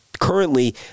currently